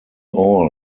all